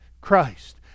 Christ